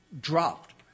dropped